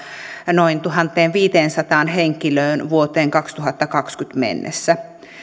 noin tuhanteenviiteensataan henkilöön vuoteen kaksituhattakaksikymmentä mennessä